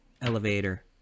elevator